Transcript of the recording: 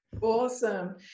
Awesome